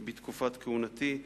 בתקופת כהונתי.